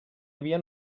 havia